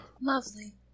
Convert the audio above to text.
Lovely